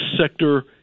sector